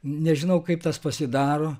nežinau kaip tas pasidaro